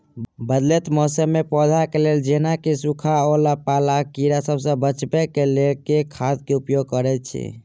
बदलैत मौसम मे पौधा केँ लेल जेना की सुखा, ओला पाला, आ कीड़ा सबसँ बचबई केँ लेल केँ खाद केँ उपयोग करऽ छी?